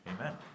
amen